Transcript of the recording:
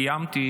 שקיימתי,